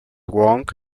hwang